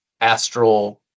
astral